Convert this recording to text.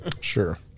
Sure